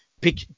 pick